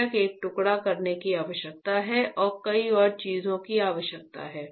बेशक एक टुकड़ा करने की आवश्यकता है और कई और चीजों की आवश्यकता है